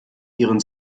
ihren